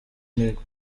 ntego